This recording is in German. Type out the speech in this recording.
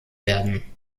werden